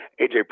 AJ